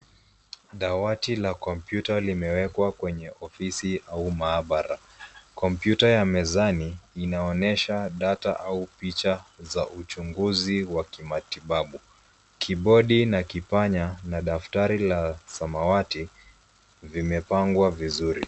Dawati la kompyuta limewekwa kwenye ofisi au maabara. Kompyuta ya mezani inaonyesha data au picha za uchunguzi wa kimatibabu. Kibodi na kipanya na daftari la samawati vimepangwa vizuri.